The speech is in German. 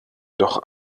doch